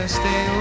stay